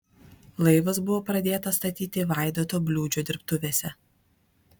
laivas buvo pradėtas statyti vaidoto bliūdžio dirbtuvėse